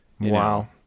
Wow